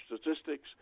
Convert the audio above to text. Statistics